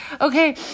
Okay